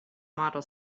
model